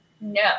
no